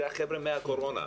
זה החבר'ה מהקורונה",